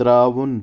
ترٛاوُن